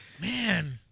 Man